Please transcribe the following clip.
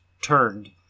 turned